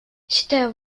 считаю